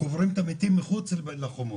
קברו את המתים מחוץ לחומות.